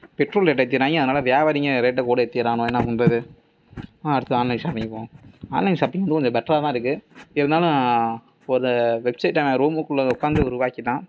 petrol ரேட்டை ஏற்றிடுறாங்க அதனால் வியாபாரிங்க ரேட்டை கூட ஏற்றிடுரானுவோ என்ன பண்ணுறது அடுத்து ஆன்லைன் ஷாப்பிங் போவோம் ஆன்லைன் ஷாப்பிங் கூட கொஞ்சம் பெட்ராக தான் இருக்கு இருந்தாலும் ஒரு வெப்சைட்டை அவன் ரூமுக்குள்ளே உட்காந்து உருவாக்கிவிட்டான்